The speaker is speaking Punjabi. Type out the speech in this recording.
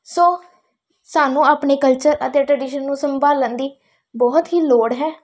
ਸੋ ਸਾਨੂੰ ਆਪਣੇ ਕਲਚਰ ਅਤੇ ਟਰੈਡੀਸ਼ਨ ਨੂੰ ਸੰਭਾਲਣ ਦੀ ਬਹੁਤ ਹੀ ਲੋੜ ਹੈ